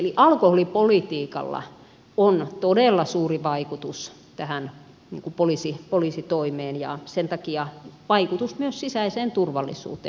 eli alkoholipolitiikalla on todella suuri vaikutus tähän poliisitoimeen ja sen takia vaikutus myös sisäiseen turvallisuuteen